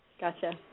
Gotcha